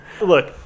Look